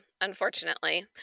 unfortunately